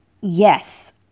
yes